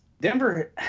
Denver